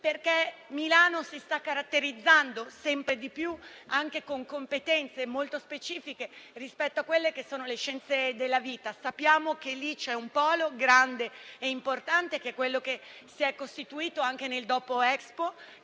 più. Milano si sta caratterizzando sempre di più anche con competenze molto specifiche rispetto a quelle che sono le scienze della vita. Sappiamo che lì c'è un polo grande e importante, che è quello che si è costituito anche nel dopo Expo,